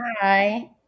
Hi